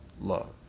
love